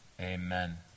Amen